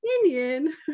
opinion